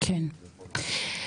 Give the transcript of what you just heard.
טוב,